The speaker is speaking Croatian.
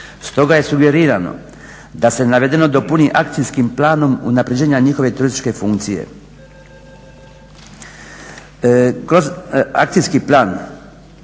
je sugerirano da se navedeno dopuni akcijskim planom unapređenja njihove turističke funkcije.